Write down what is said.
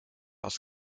als